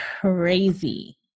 crazy